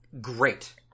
great